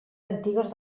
antigues